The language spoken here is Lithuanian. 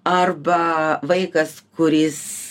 arba vaikas kuris